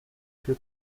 più